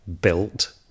built